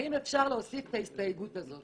האם אפשר להוסיף את ההסתייגות הזאת?